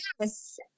Yes